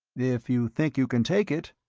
if you think you can take it.